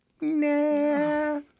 nah